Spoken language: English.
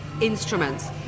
instruments